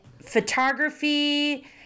photography